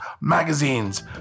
Magazines